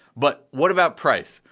but what about price?